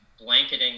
blanketing